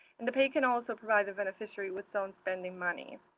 and the payee can also provide the beneficiary with some spending money.